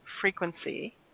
frequency